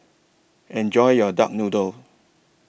Enjoy your Duck Noodle